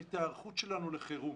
את ההיערכות שלנו לחירום.